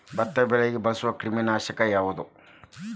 ಭತ್ತದ ಬೆಳೆಗೆ ಬಳಸುವ ಕ್ರಿಮಿ ನಾಶಕ ಯಾವುದು?